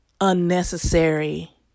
unnecessary